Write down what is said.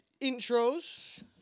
Intros